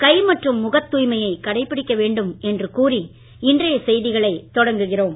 கை மற்றும் முகத் தாய்மையை கடைபிடிக்க வேண்டும் என்று கூறி இன்றைய செய்திகளை தொடங்குகிறோம்